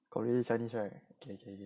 read chinese right okay K K